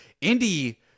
Indy